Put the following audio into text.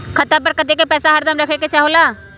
खाता पर कतेक पैसा हरदम रखखे के होला?